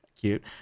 Cute